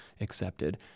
accepted